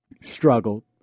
struggled